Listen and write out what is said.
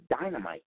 dynamite